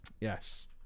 Yes